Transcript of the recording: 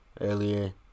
earlier